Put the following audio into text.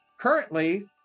Currently